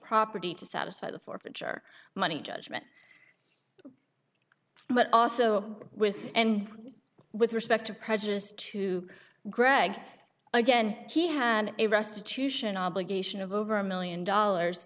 property to satisfy the forfeiture money judgment but also with and with respect to prejudice to greg again he had a restitution obligation of over a one million dollars